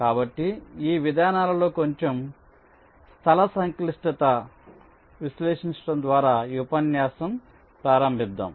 కాబట్టి ఈ విధానాలలో కొంచెం స్థల సంక్లిష్టతను విశ్లేషించడం ద్వారా ఈ ఉపన్యాసం ప్రారంభిద్దాం